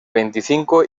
veinticinco